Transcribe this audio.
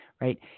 right